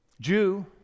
Jew